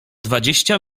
dwadzieścia